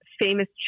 famous